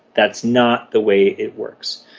that's not the way it works.